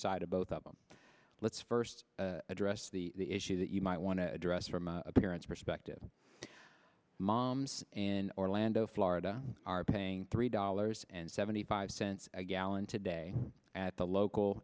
side of both of them let's first address the issues that you might want to address from a parent's perspective moms and orlando florida are paying three dollars and seventy five cents a gallon today at the local